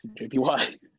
JPY